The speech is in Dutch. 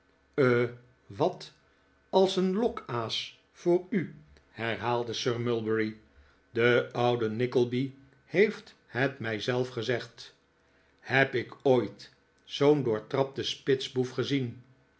he wat als een lokaas voor u herhaalde sir mulberry de oude nickleby heeft het mij zelf gezegd heb ik ooit zoo'n doortrapten spitsboef gezien